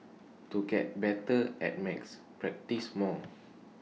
to get better at max practise more